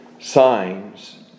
signs